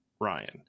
Ryan